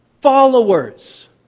followers